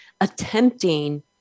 attempting